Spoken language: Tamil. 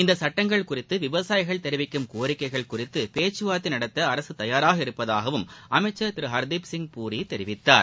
இந்த சுட்டங்கள் குறித்து விவசாயிகள் தெரிவிக்கும் கோரிக்கைகள் குறித்து பேச்சுவார்த்தை நடத்த அரசு தயாராக உள்ளதாகவும் அமைச்சர்திரு ஹர்திப்சிங் பூரி தெரிவித்தார்